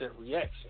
reaction